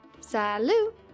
Salut